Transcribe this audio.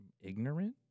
ignorant